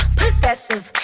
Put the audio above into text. possessive